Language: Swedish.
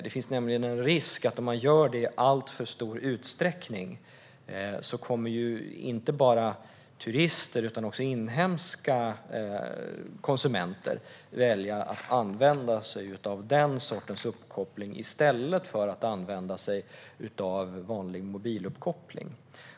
Risken när man gör det i alltför stor utsträckning är nämligen att inte bara turister utan också inhemska konsumenter väljer att använda sig av den sortens uppkoppling i stället för vanlig mobiluppkoppling.